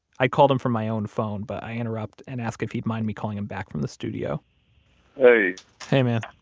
i called him from my own phone, but i interrupt and ask if he'd mind me calling him back from the studio hey hey, man.